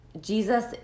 Jesus